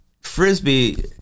frisbee